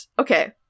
okay